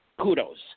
kudos